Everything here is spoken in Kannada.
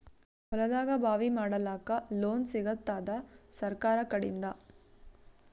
ಹೊಲದಾಗಬಾವಿ ಮಾಡಲಾಕ ಲೋನ್ ಸಿಗತ್ತಾದ ಸರ್ಕಾರಕಡಿಂದ?